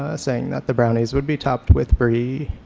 ah saying that the brownies would be topped with brie,